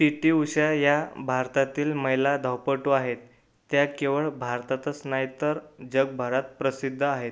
P T Usha या भारतातील महिला धावपटू आहेत त्या केवळ भारतातच नाही तर जगभरात प्रसिद्ध आहेत